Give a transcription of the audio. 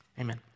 Amen